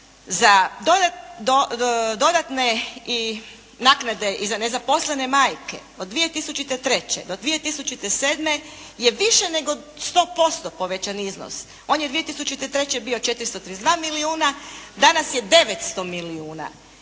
za dodatne i naknade za nezaposlene majke od 2003. do 2007. je više nego 100% povećan iznos. On je 2003. bio 432 milijuna. Danas je 900 milijuna.